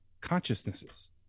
consciousnesses